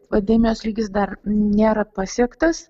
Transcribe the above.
pandemijos lygis dar nėra pasiektas